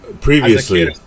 Previously